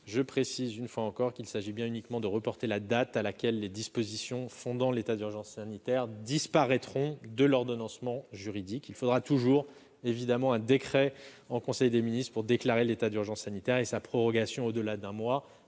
je précise une fois encore qu'il s'agit bien uniquement de reporter la date à laquelle les dispositions fondant l'état d'urgence sanitaire disparaîtront de l'ordonnancement juridique. Il faudra évidemment toujours un décret en conseil des ministres pour déclarer l'état d'urgence sanitaire, et sa prorogation au-delà d'un mois,